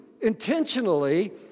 intentionally